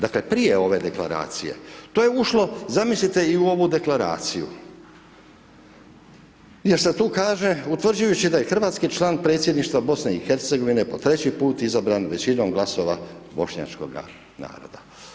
Dakle, prije ove Deklaracije, to je ušlo, zamislite, i u ovu Deklaraciju jer se tu kaže, utvrđujući da je hrvatski član predsjedništva BiH po treći put izabran većinom glasova bošnjačkoga naroda.